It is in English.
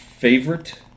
Favorite